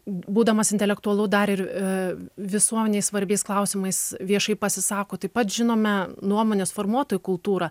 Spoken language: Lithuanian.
būdamas intelektualu dar ir visuomenei svarbiais klausimais viešai pasisako taip pat žinome nuomonės formuotojų kultūrą